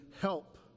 help